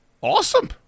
Awesome